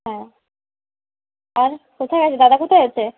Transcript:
হ্যাঁ আর কোথায় আছে দাদা কোথায় আছে